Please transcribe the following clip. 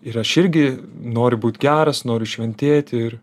ir aš irgi noriu būt geras noriu šventėti ir